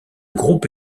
groupe